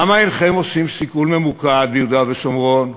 למה אינכם עושים סיכול ממוקד ביהודה ושומרון,